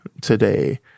today